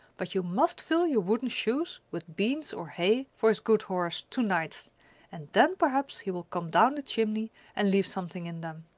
but you must fill your wooden shoes with beans or hay for his good horse, to-night and then perhaps he will come down the chimney and leave something in them.